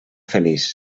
feliç